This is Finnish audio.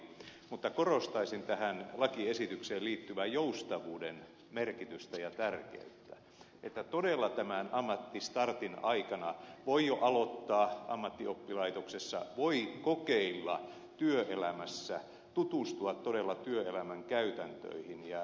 mutta korostaisin tähän lakiesitykseen liittyvän joustavuuden merkitystä ja tärkeyttä sitä että todella tämän ammattistartin aikana voi jo ammattioppilaitoksessa aloittaa kokeilun työelämässä tutustua todella työelämän käytäntöihin